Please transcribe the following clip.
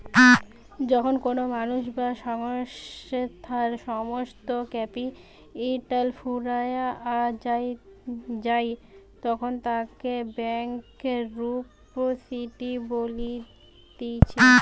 যখন কোনো মানুষ বা সংস্থার সমস্ত ক্যাপিটাল ফুরাইয়া যায়তখন তাকে ব্যাংকরূপটিসি বলতিছে